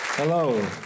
Hello